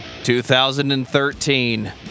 2013